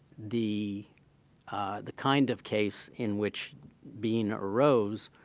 the the kind of case, in which bean arose,